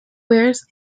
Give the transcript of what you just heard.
wears